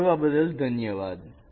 સાંભળવા બદલ ધન્યવાદ